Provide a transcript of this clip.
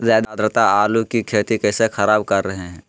ज्यादा आद्रता आलू की खेती कैसे खराब कर रहे हैं?